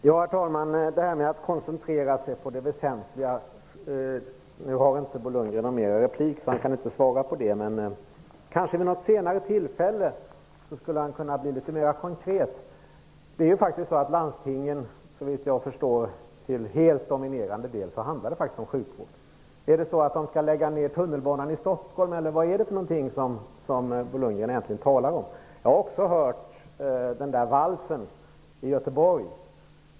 Herr talman! Det här med att koncentrera sig på det väsentliga kan Bo Lundgren inte svara på nu, eftersom han inte har fler repliker, men han kanske vid något senare tillfälle skulle kunna bli litet mera konkret. Landstingen handlar, såvitt jag förstår, till en helt dominerande del om sjukvård. Skall de lägga ned tunnelbanan i Stockholm? Eller vad talar Bo Lundgren om? Jag har också hört den där valsen i Göteborg.